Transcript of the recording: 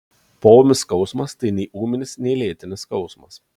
poūmis skausmas tai nei ūminis nei lėtinis skausmas